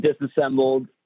disassembled